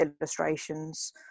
illustrations